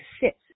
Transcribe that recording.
sit